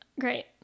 Great